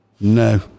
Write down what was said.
No